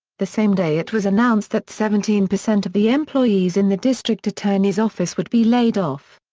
the same day it was announced that seventeen percent of the employees in the district attorney's office would be laid off.